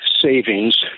savings